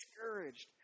discouraged